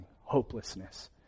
hopelessness